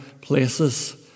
places